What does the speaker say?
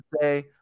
say